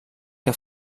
que